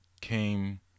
came